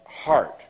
heart